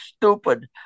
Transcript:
stupid